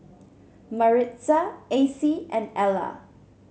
Maritza Acie and Ela